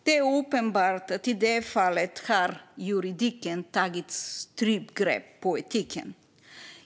Det är uppenbart att juridiken i det här fallet har tagit strypgrepp på etiken.